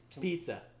pizza